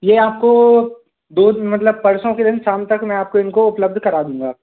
ये आपको दो दिन मतलब परसों के दिन शाम तक मैं आपको इनको उपलब्ध करा दूँगा